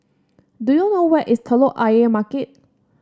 do you know where is Telok Ayer Market